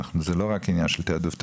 זה לא רק עניין של תעדוף תקציבי.